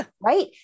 Right